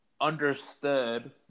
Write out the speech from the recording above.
understood